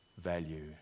value